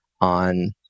on